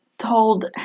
told